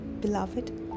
beloved